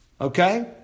Okay